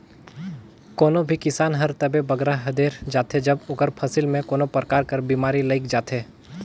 कोनो भी किसान हर तबे बगरा हदेर जाथे जब ओकर फसिल में कोनो परकार कर बेमारी लइग जाथे